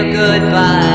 goodbye